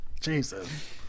Jesus